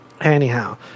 Anyhow